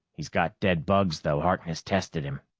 he's got dead bugs, though. harkness tested him.